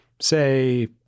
say